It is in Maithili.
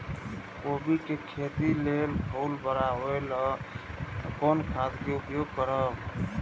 कोबी के खेती लेल फुल बड़ा होय ल कोन खाद के उपयोग करब?